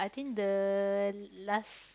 I think the last